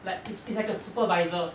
like it's it's like a supervisor